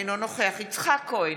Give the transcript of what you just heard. אינו נוכח יצחק כהן,